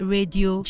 Radio